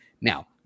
Now